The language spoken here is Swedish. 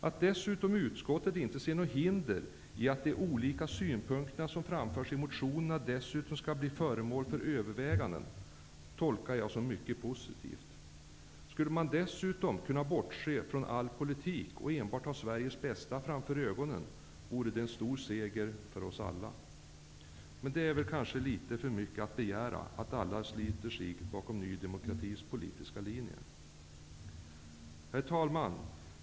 Att utskottet dessutom inte ser något hinder i att de olika synpunkter som framförs i motionerna skall bli föremål för överväganden tolkar jag såsom mycket positivt. Skulle man därtill kunna bortse från all politik och enbart har Sveriges bästa framför ögonen, vore det en stor seger för oss alla. Men det är kanske litet för mycket att begära att alla samlar sig bakom Ny demokratis politiska linje. Herr talman!